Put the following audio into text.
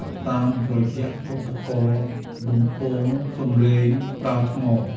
លៗ តាមរយៈឧបករណ៍បំពងសំឡេងប្រើថ្ម។